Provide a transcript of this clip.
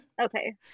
okay